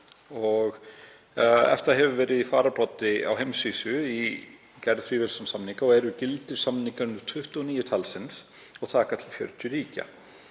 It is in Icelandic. að venju. EFTA hefur verið í fararbroddi á heimsvísu í gerð fríverslunarsamninga og eru gildir samningar nú 29 talsins og taka til 40 ríkja.